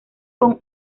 con